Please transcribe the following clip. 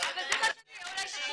יותר מזה --- רגע,